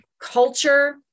culture